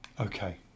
okay